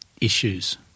issues